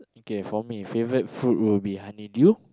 okay for me favourite fruit will be honeydew